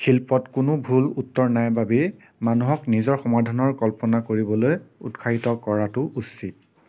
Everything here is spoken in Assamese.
শিল্পত কোনো ভুল উত্তৰ নাই বাবেই মানুহক নিজৰ সমাধানৰ কল্পনা কৰিবলৈ উৎসাহিত কৰাটো উচিত